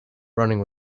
running